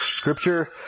Scripture